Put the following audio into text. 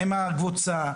עם הקבוצה